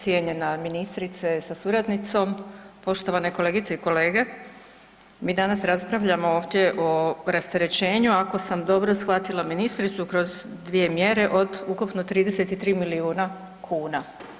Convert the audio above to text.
Cijenjena ministrice sa suradnicom, poštovane kolegice i kolege, mi danas raspravljamo ovdje o rasterećenju ako sam dobro shvatila ministricu kroz dvije mjere od ukupno 33 milijuna kuna.